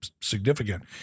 significant